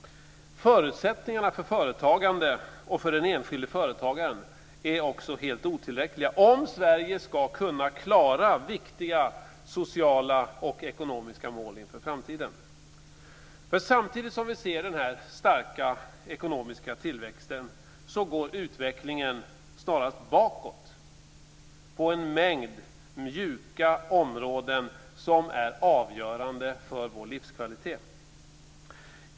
Förutsättningarna för företagande och för den enskilde företagaren är också helt otillräckliga om Sverige ska kunna klara viktiga sociala och ekonomiska mål inför framtiden. Samtidigt som vi ser den starka ekonomiska tillväxten går utvecklingen snarast bakåt på en mängd mjuka områden som är avgörande för vår livskvalitet.